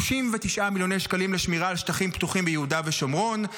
39 מיליוני שקלים לשמירה על שטחים פתוחים ביהודה ושומרון,